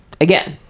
again